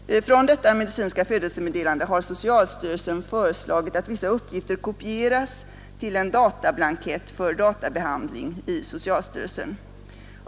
Från detta medicinska födelsemeddelande har socialstyrelsen föreslagit att vissa uppgifter kopieras till en datablankett för databehandling i socialstyrelsen.